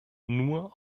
nur